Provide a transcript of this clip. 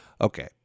Okay